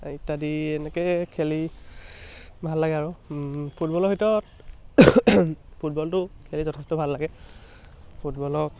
ইত্যাদি এনেকৈ খেলি ভাল লাগে আৰু ফুটবলৰ ভিতৰত ফুটবলটো খেলি যথেষ্ট ভাল লাগে ফুটবলক